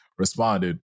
responded